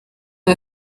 aba